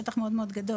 שטח מאוד מאוד גדול